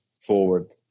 forward